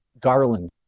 Garland